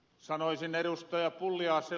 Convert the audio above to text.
sanoisin ed